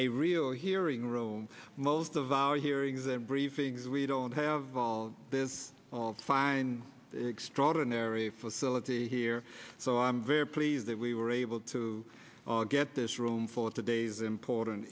a real hearing room most of our hearings and briefings we don't have all this fine extraordinary facility here so i'm very pleased that we were able to get this room for today's important